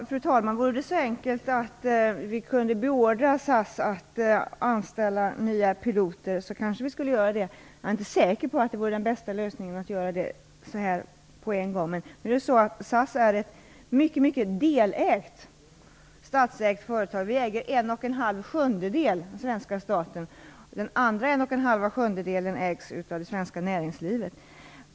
Fru talman! Om det vore så enkelt att vi kunde beordra SAS att anställa nya piloter kanske vi skulle göra det. Men jag är inte säker på att den bästa lösningen är att göra det på en gång. SAS är ett mycket delägt företag. Den svenska staten äger en och en halv sjundedel. En och en halv sjundedel ägs av det svenska näringslivet.